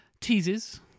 teases